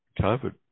COVID